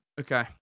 okay